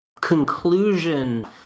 conclusion